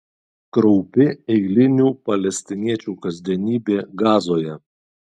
kraupi eilinių palestiniečių kasdienybė gazoje